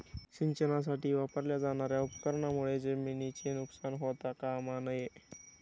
सिंचनासाठी वापरल्या जाणार्या उपकरणांमुळे जमिनीचे नुकसान होता कामा नये